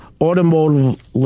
Automotive